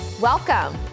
Welcome